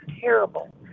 terrible